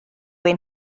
ein